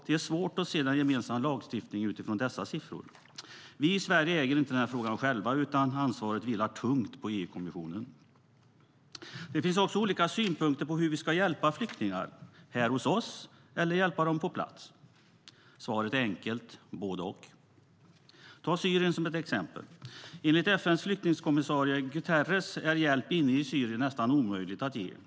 Det är svårt att se den gemensamma lagstiftningen i dessa siffror. Vi i Sverige äger inte den här frågan själva, utan ansvaret vilar tungt på EU-kommissionen. Det finns också olika synpunkter på var vi ska hjälpa flyktingar - här hos oss eller på plats. Svaret är enkelt: både och. Vi kan ta Syrien som ett exempel. Enligt FN:s flyktingkommissarie Guterres är hjälp inne i Syrien nästan omöjlig att ge.